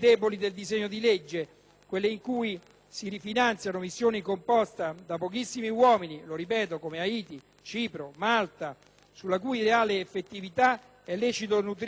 quelli in cui si rifinanziano missioni composte da pochissimi uomini, come a Haiti, Cipro o Malta, sulla cui reale effettività è lecito nutrire dei dubbi.